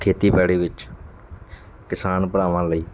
ਖੇਤੀਬਾੜੀ ਵਿੱਚ ਕਿਸਾਨ ਭਰਾਵਾਂ ਲਈ